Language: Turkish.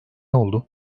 oldu